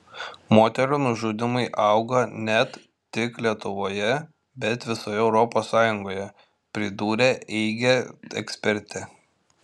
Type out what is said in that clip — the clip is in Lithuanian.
moterų nužudymai auga net tik lietuvoje bet visoje europos sąjungoje pridūrė eige ekspertė